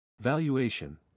Valuation